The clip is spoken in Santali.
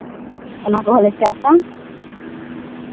ᱚᱱᱟ ᱠᱚᱦᱚᱸ ᱞᱮ ᱪᱟᱥᱼᱟ